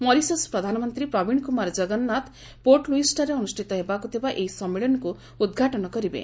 Mauritius ପ୍ରଧାନମନ୍ତ୍ରୀ Pravind Kumar Jugnauth Port ଲୁଇସ୍ଠାରେ ଅନୁଷ୍ଠିତ ହେବାକୁ ଥିବା ଏହି ସମ୍ମିଳନୀକୁ ଉଦ୍ଘାଟନ କରିବେ